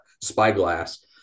spyglass